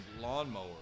lawnmower